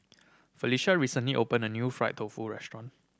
Felisha recently opened a new fried tofu restaurant